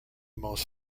most